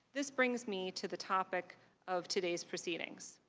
this brings me to the topic of today's proceeding.